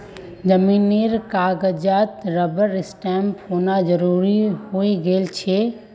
जमीनेर कागजातत रबर स्टैंपेर होना जरूरी हइ गेल छेक